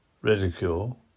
ridicule